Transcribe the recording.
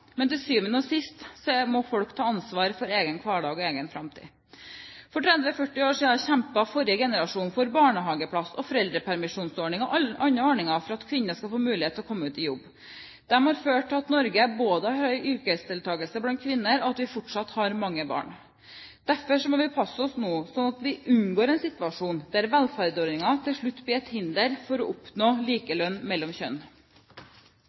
Men til syvende og sist må folk ta ansvar for egen hverdag og egen framtid. For 30–40 år siden kjempet forrige generasjon for barnehageplass, foreldrepermisjonsordninger og andre ordninger for at kvinnene skulle få mulighet til å komme ut i jobb. Det har ført til at Norge både har høy yrkesdeltakelse blant kvinner, og at vi fortsatt har mange barn. Derfor må vi passe oss nå, sånn at vi unngår en situasjon der velferdsordningene til slutt blir et hinder for å oppnå likelønn mellom kjønn.